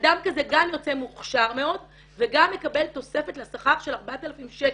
אדם כזה גם יוצא מוכשר מאוד וגם מקבל תוספת לשכר של 4000 שקל,